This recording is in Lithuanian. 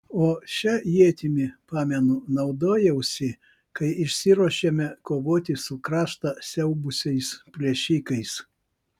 o šia ietimi pamenu naudojausi kai išsiruošėme kovoti su kraštą siaubusiais plėšikais